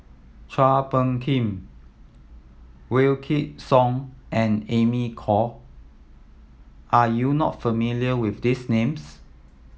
Chua Phung Kim Wykidd Song and Amy Khor are you not familiar with these names